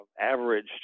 average